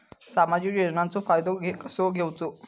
सामाजिक योजनांचो फायदो कसो घेवचो?